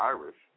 Irish